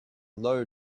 low